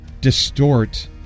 distort